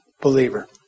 believer